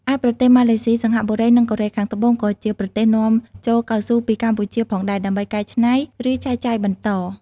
ឯប្រទេសម៉ាឡេស៊ី សិង្ហបុរី និងកូរ៉េខាងត្បូង ក៏ជាប្រទេសនាំចូលកៅស៊ូពីកម្ពុជាផងដែរ ដើម្បីកែច្នៃ ឬចែកចាយបន្ត។